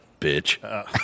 Bitch